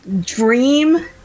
dream